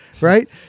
Right